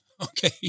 Okay